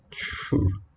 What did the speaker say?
true